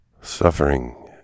Suffering